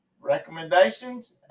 Recommendations